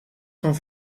van